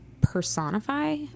personify